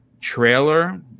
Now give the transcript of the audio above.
trailer